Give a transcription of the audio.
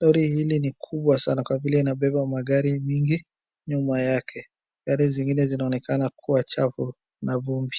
Lori hili ni kubwa sana kwa vile inabeba magari mingi nyuma yake, gari zingine zinaonekana kuwa chafu na vumbi.